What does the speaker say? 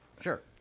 sure